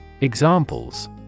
Examples